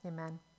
Amen